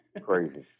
Crazy